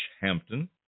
Hampton